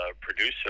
producer